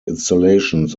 installations